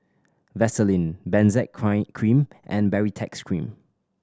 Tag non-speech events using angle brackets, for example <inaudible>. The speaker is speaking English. Vaselin Benzac <unintelligible> cream and Baritex Cream